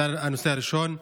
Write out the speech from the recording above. זה הנושא הראשון.